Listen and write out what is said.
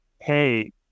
hey